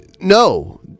no